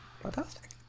Fantastic